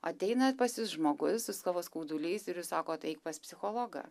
ateina pas jus žmogus su savo skauduliais ir jūs sakot eik pas psichologą